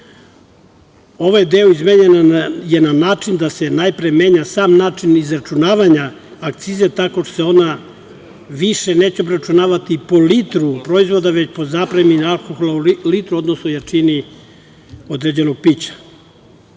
Ovaj deo izmenjen je na način da se najpre menja sam način izračunavanja akcize, tako što se ona više neće obračunavati po litru proizvoda, već po zapremini alkohola u litru, odnosno jačini određenog pića. Druga